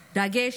דגש.